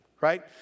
right